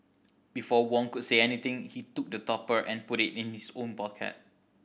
before Wong could say anything he took the topper and put it in his own pocket